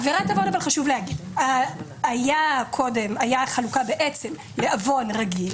חשוב להגיד: הייתה, קודם, חלוקה לעוון רגיל